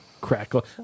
crackle